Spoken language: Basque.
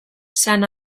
san